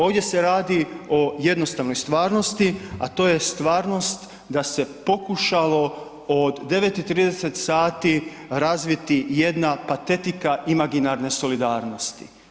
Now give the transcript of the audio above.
Ovdje se radi o jednostavnoj stvarnosti a to je stvarnost da se pokušalo od 9,30h razviti jedna patetika imaginarne solidarnosti.